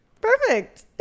Perfect